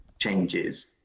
changes